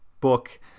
book